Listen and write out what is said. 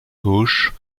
gauche